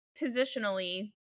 positionally